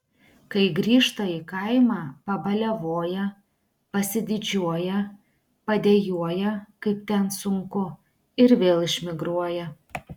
kai grįžta į kaimą pabaliavoja pasididžiuoja padejuoja kaip ten suku ir vėl išmigruoja